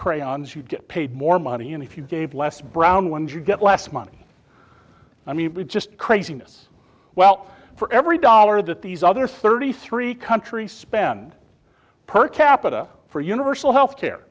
crayons you'd get paid more money and if you gave less brown ones you get less money i mean just craziness well for every dollar that these other thirty three countries spend per capita for universal health care